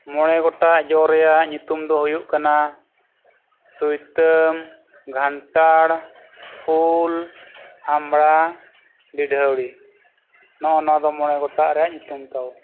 ᱢᱚᱬᱮ ᱜᱚᱴᱟᱝ ᱡᱚ ᱨᱮᱱᱟᱜ ᱧᱩᱛᱩᱢ ᱫᱚ ᱦᱩᱭᱩᱜ ᱠᱟᱱᱟ ᱥᱩᱭᱛᱟᱹᱢ ᱠᱟᱱᱴᱷᱟᱲ ᱩᱞ ᱟᱢᱲᱟ ᱰᱤᱰᱷᱟᱹᱣᱲᱤ ᱱᱚᱜᱼᱚ ᱱᱟ ᱫᱚ ᱢᱚᱬᱮ ᱜᱚᱴᱟᱝ ᱨᱮᱱᱟᱜ ᱧᱩᱛᱩᱢ ᱛᱟᱵᱚᱱ